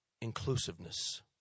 Inclusiveness